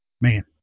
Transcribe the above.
man